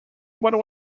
what